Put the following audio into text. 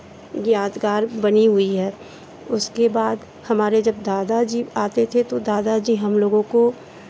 यादगार बनी हुई है उसके बाद हमारे जब दादा जी आते थे तो दादा जी हम लोगों को